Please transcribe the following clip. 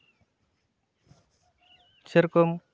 ᱥᱮᱨᱚᱠᱚᱢ